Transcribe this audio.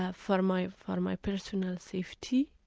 ah for my my personal safety,